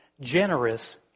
generous